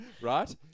Right